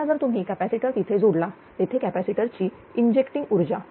आता जर तुम्ही कॅपॅसिटर तिथे जोडला तेथे कॅपॅसिटर ची इंजेक्टींग ऊर्जा